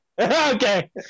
Okay